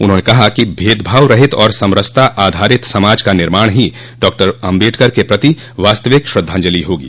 उन्होंने कहा कि भेदभावरहित और समरसता आधारित समाज का निर्माण ही डॉक्टर आम्बेडकर के प्रति वास्तविक श्रद्धांजलि होगी